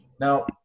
Now